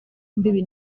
imbibi